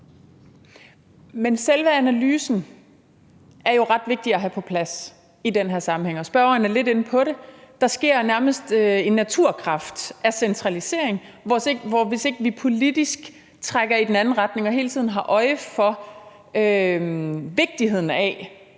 Men selve analysen er jo ret vigtig at have på plads i den her sammenhæng, og spørgeren er lidt inde på det. Der sker nærmest en naturkraft af centralisering, så det, hvis ikke vi politisk trækker i den anden retning og hele tiden har øje for vigtigheden af